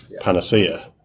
panacea